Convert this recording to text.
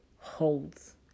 holds